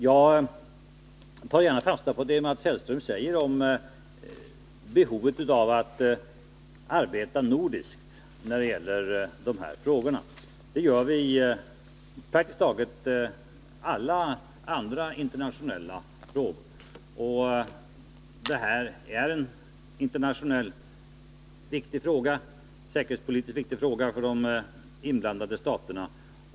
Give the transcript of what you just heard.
Jag tar gärna fasta på det Mats Hellström säger om behovet av att arbeta nordiskt. Det gör vi i praktiskt taget alla andra internationella frågor, och det här är en internationellt säkerhetspolitiskt viktig fråga för de inblandade staterna.